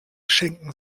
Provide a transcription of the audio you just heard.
schenken